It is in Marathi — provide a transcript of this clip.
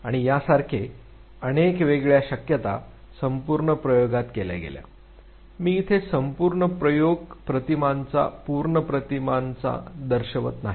आणि या सारखे अनेक वेगळ्या शक्यता संपूर्ण प्रयोगात केल्या गेल्या मी इथे संपूर्ण प्रयोग प्रतिमांचा पूर्ण प्रतिमा क्रम दर्शवित नाही